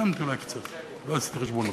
אולי אני טועה קצת, לא עשיתי חשבון נכון.